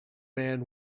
man